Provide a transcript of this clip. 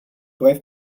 brève